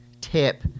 tip